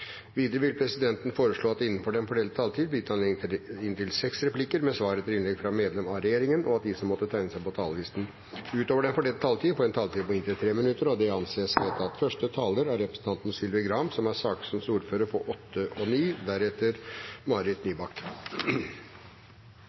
videre foreslå at det innenfor den fordelte taletid blir gitt anledning til inntil seks replikker med svar etter innlegg fra medlemmer av regjeringen, og at de som måtte tegne seg på talerlisten utover den fordelte taletid, får en taletid på inntil 3 minutter. – Det anses vedtatt. Innledningsvis vil jeg takke komiteen for et godt samarbeid under arbeidet med denne stortingsmeldingen, og